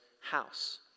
house